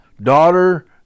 Daughter